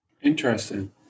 Interesting